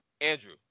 Andrew